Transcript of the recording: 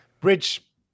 bridge